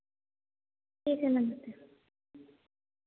ठीक है